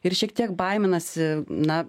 ir šiek tiek baiminasi na